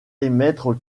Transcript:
émettre